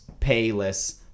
payless